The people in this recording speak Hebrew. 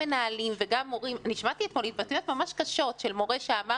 אני שמעתי אתמול התבטאויות ממש קשות של מורה שאמר